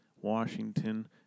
Washington